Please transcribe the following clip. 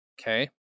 Okay